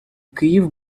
київ